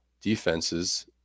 defenses